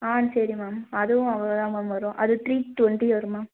ஆ சரி மேம் அதுவும் அவ்வளோதான் மேம் வரும் அது த்ரீ ட்வென்ட்டி வரும் மேம்